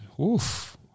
Oof